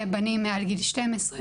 בנים מעל גיל 12,